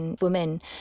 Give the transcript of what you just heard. women